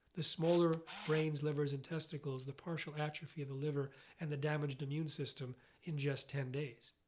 the smaller brains, livers, and testicles, the partial atrophy of the liver and the damaged immune system in just ten days.